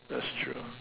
that's true